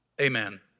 Amen